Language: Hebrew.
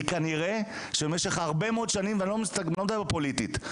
כי כנראה שבמשך הרבה מאוד שנים ואני לא מדבר פוליטית,